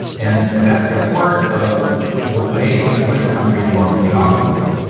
and that's part of the way in which mitochondria normally operate.